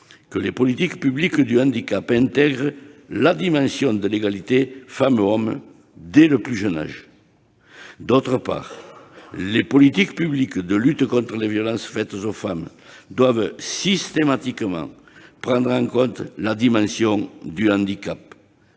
que les politiques publiques du handicap intègrent la dimension de l'égalité femmes-hommes dès le plus jeune âge. D'autre part, les politiques publiques de lutte contre les violences faites aux femmes doivent systématiquement prendre en compte la dimension du handicap.